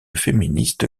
féministe